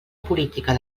política